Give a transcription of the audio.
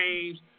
games